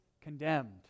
condemned